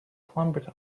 climbed